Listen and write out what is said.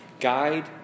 guide